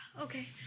okay